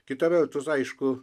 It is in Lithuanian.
kita vertus aišku